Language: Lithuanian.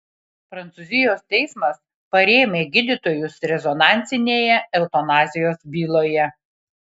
prancūzijos teismas parėmė gydytojus rezonansinėje eutanazijos byloje